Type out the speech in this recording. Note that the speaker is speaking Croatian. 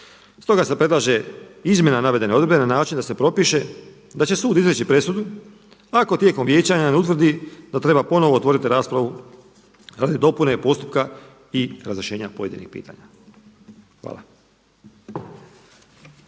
Stoga se predlaže izmjena navedene odredbe na način da se propiše da će sud izreći presudu ako tijekom vijećanja ne utvrdi da treba ponovno otvoriti raspravu radi dopune postupka i razrješenja pojedinih pitanja. Hvala.